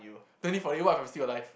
twenty forty what if I'm still alive